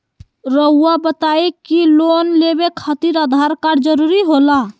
रौआ बताई की लोन लेवे खातिर आधार कार्ड जरूरी होला?